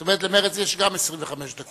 זאת אומרת, גם למרצ יש 25 דקות.